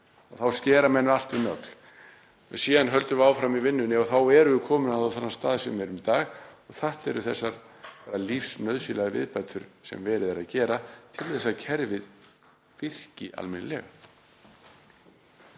þá skera menn allt við nögl. Síðan höldum við áfram í vinnunni og þá erum við komin á þann stað sem við erum í dag. Þetta eru þessar lífsnauðsynlegu viðbætur sem verið er að gera til þess að kerfið virki almennilega.